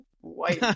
white